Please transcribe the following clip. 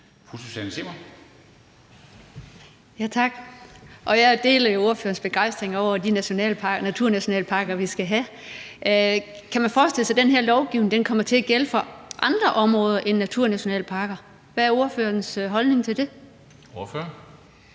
Susanne Zimmer (UFG): Tak. Jeg deler jo ordførerens begejstring over de naturnationalparker, vi skal have. Kan man forestille sig, at den her lovgivning kommer til at gælde for andre områder end naturnationalparker? Hvad er ordførerens holdning til det? Kl.